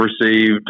received